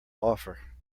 offer